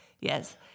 Yes